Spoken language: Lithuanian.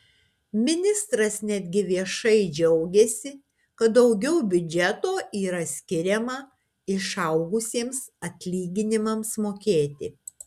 ministras netgi viešai džiaugėsi kad daugiau biudžeto yra skiriama išaugusiems atlyginimams mokėti